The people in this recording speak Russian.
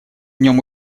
нем